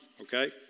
okay